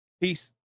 Peace